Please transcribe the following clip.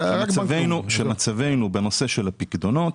מצבנו בנושא הפיקדונות